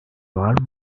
var